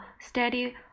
steady